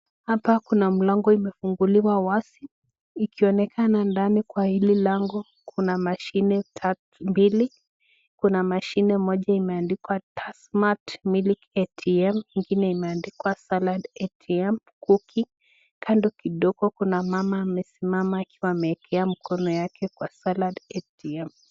Hapa kuna mlango imefunguliwa wazi. Imeonekana ndani kwa hili lango kuna mashine mbili. Kuna mashine moja imeandikwa Tassmatt Milk ATM. Ingine imeandikwa Salad ATM cooking. Kando kidogo kuna mama amesimama akiwa ameweka mkono yake kwa Salad ATM.